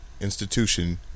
institution